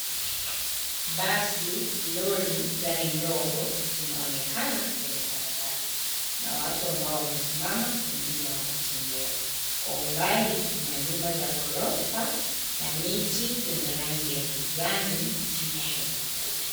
Basi, lori, gari ndogo zinaonekana kwenye barabara. Kuna watu ambao wamesimama, wengine wanatembea. Kwa umbali, kuna nyumba za ghorofa na miti zenye rangi ya kijani, ziko kwenye ukuta.